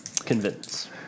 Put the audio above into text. convince